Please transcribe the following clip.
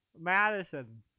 Madison